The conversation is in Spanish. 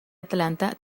atlanta